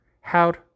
How'd